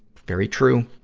very true.